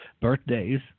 Birthdays